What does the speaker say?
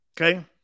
Okay